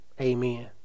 Amen